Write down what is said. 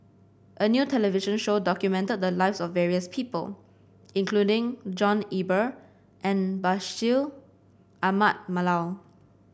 a new television show documented the lives of various people including John Eber and Bashir Ahmad Mallal